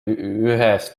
ühes